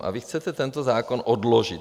A vy chcete tento zákon odložit.